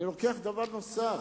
אני לוקח דבר נוסף,